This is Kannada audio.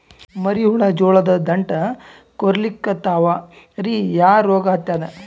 ಮರಿ ಹುಳ ಜೋಳದ ದಂಟ ಕೊರಿಲಿಕತ್ತಾವ ರೀ ಯಾ ರೋಗ ಹತ್ಯಾದ?